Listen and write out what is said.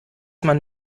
man